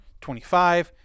25